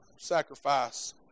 sacrifice